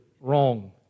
wrong